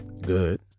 good